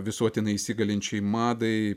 visuotinai įsigalinčiai madai